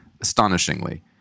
astonishingly